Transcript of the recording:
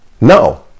no